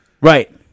Right